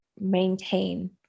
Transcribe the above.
maintain